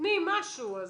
נותנים משהו.